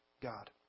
God